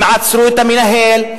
הם עצרו את המנהל,